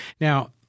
Now